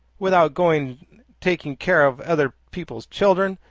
without going taking care of other people's children!